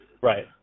right